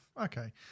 Okay